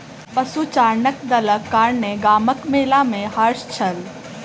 पशुचारणक दलक कारणेँ गामक मेला में हर्ष छल